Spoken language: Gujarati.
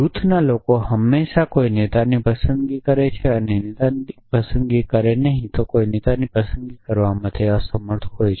જૂથના લોકો હંમેશાં કોઈ નેતાની પસંદગી કરે છે કે નેતાની પસંદગી નહીં કરે તે કોઈ નેતાની પસંદગી કરવામાં અસમર્થ હોય છે